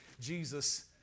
Jesus